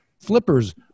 flippers